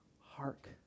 Hark